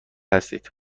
هستید